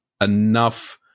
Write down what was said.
enough